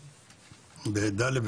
בדאליה,